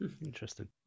Interesting